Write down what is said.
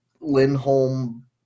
Lindholm